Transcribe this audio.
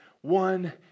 one